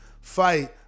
fight